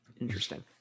interesting